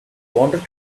wanted